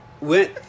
went